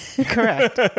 Correct